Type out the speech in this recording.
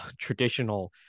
traditional